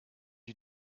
you